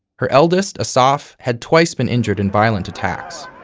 her eldest, assaf, had twice been injured in violent attacks.